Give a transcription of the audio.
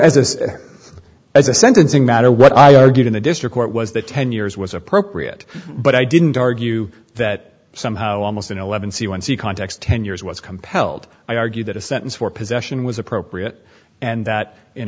a as a sentencing matter what i argued in the district court was that ten years was appropriate but i didn't argue that somehow almost an eleven c one c context ten years was compelled i argued that a sentence for possession was appropriate and that in